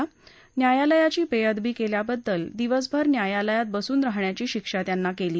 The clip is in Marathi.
तसंच न्यायालयाची बेअदबी केल्याबद्दल दिवसभर न्यायालयात बसून राहण्याची शिक्षा केली